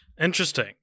Interesting